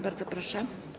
Bardzo proszę.